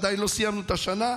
עדיין לא סיימנו את השנה,